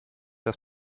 das